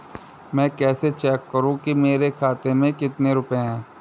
मैं कैसे चेक करूं कि मेरे खाते में कितने रुपए हैं?